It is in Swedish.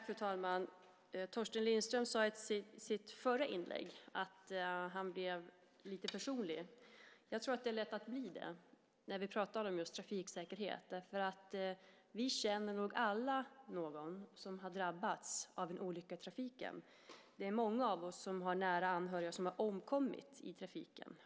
Fru talman! Torsten Lindström sade i sitt förra inlägg att han blev lite personlig. Jag tror att det är lätt att bli det när vi pratar om just trafiksäkerhet därför att vi nog alla känner någon som har drabbats av en olycka i trafiken. Det är många av oss som har nära anhöriga som har omkommit i trafiken.